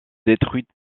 détruite